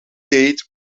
date